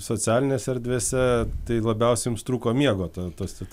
socialinėse erdvėse tai labiausiai jums trūko miego ta tas ta